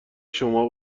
شما